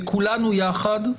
וכולנו יחד,